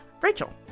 Rachel